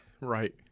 Right